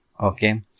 okay